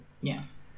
Yes